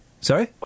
Sorry